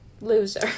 loser